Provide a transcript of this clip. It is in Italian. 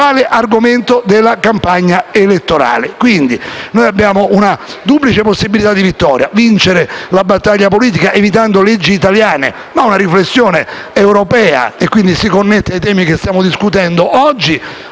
il principale argomento della campagna elettorale. Quindi, noi abbiamo una duplice possibilità di vittoria: vincere la battaglia politica, evitando leggi italiane ma con una riflessione europea, che si connette ai temi che stiamo discutendo oggi;